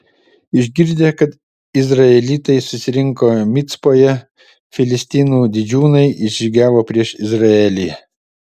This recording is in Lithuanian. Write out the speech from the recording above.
išgirdę kad izraelitai susirinko micpoje filistinų didžiūnai išžygiavo prieš izraelį